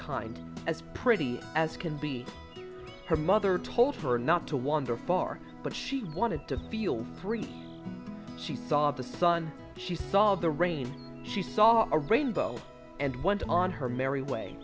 kind as pretty as can be her mother told her not to wander far but she wanted to feel free she saw the sun she saw the rain she saw a rainbow and went on her merry way